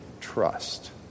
trust